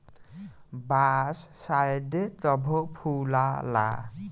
बांस शायदे कबो फुलाला